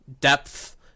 depth